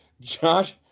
josh